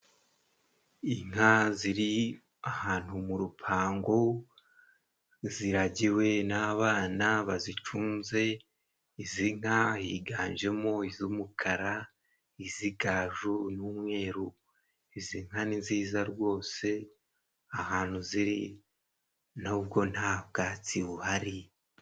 Inka ziri ahantu mu rupango ziragiwe n'abana bazicunze. Izi nka higanjemo iz'umukara, iz'igaju, iy'umweru. Izi nka ni nziza rwose ahantu ziri nubwo nta bwatsi buhari.